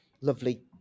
lovely